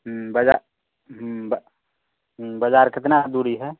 बजा बा बाज़ार कितना दूरी है